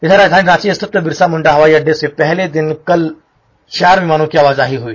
इधर राजधानी रांची स्थित बिरसा मुण्डा हवाई अडडे से पहले दिन कल चार विमानों की आवाजाही हुई